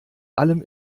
allem